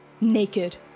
naked